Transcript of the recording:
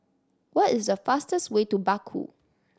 what is the fastest way to Baku